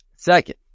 Second